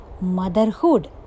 motherhood